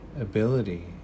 ability